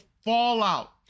Fallout